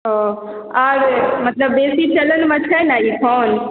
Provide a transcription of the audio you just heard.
ओ आर मतलब बेसी चलनमे छै ने ई फ़ोन